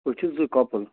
أسۍ چھِ زٕ کَپٕل